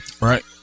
Right